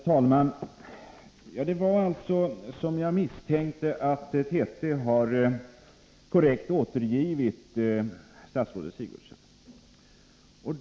Herr talman! Det var som jag misstänkte, att TT har korrekt återgivit statsrådet Sigurdsen.